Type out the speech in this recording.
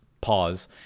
pause